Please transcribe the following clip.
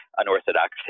unorthodox